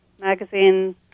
magazine